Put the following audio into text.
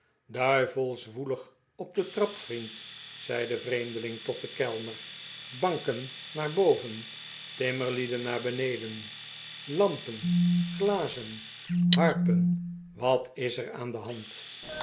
duivelsch woelig op de trap vriend zei de vreemdeling tot den kellner banken naar boven timmerlieden naar beneden lampen glazen harpen wat is er aan de hand